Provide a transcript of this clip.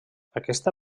aquesta